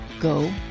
go